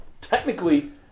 Technically